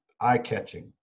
eye-catching